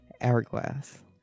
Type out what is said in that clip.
hourglass